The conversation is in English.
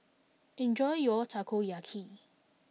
enjoy your Takoyaki